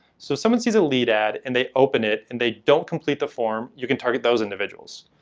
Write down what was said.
so someone sees a lead ad and they open it and they don't complete the form, you can target those individuals.